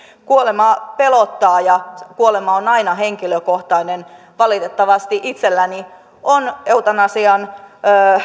kuolema pelottaa ja kuolema on aina henkilökohtainen valitettavasti itselläni on eutanasian